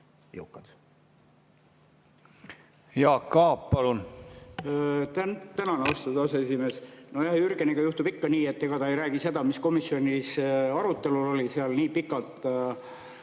Aab, palun! Tänan, austatud aseesimees! Jürgeniga juhtub ikka nii, et ta ei räägi seda, mis komisjonis arutelul oli nii pikalt.